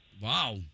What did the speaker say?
Wow